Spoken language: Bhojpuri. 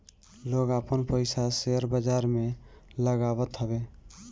लोग आपन पईसा शेयर बाजार में लगावत हवे